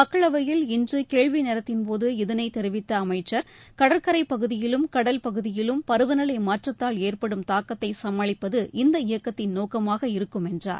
மக்களவையில்இன்று கேள்விநேரத்தின்போது இதனை தெரிவித்த அமைச்சர் கடற்கரைப்பகுதியிலும் கடல் பகுதியிலும் பருவநிலை மாற்றத்தால் ஏற்படும் தாக்கத்தை சமாளிப்பது இந்த இயக்கத்தின் நோக்கமாக இருக்கும் என்றார்